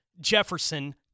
Jefferson